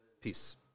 Peace